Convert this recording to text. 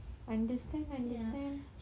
understand understand